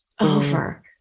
over